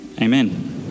amen